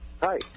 Hi